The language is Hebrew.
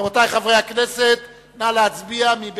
רבותי חברי הכנסת, מי בעד?